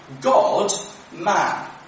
God-man